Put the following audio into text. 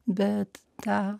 bet tą